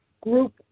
group